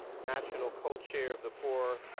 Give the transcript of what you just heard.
national co-chair of the board.